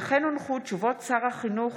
כמו כן הונחו הודעות שר החינוך